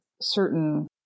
certain